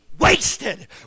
wasted